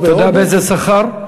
אתה יודע באיזה שכר?